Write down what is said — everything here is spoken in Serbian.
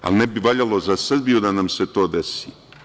Ali, ne bi valjalo za Srbiju da nam se to desi.